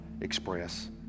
express